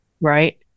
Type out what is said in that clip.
Right